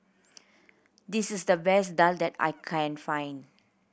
this is the best daal that I can find